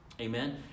Amen